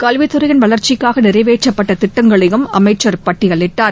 கல்வித் துறையின் வளர்ச்சிக்காக நிறைவேற்றப்பட்ட திட்டங்களையும் அமைச்சர் பட்டியலிட்டார்